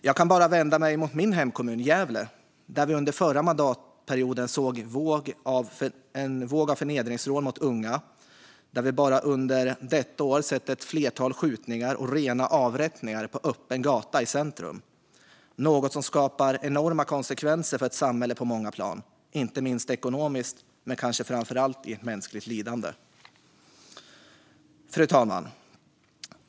Jag kan bara vända mig mot min hemkommun, Gävle, där vi under förra mandatperioden såg en våg av förnedringsrån mot unga och där vi bara under detta år har sett ett flertal skjutningar och rena avrättningar på öppen gata i centrum. Detta skapar enorma konsekvenser på många plan för ett samhälle, inte minst ekonomiskt och framför allt i mänskligt lidande. Fru talman!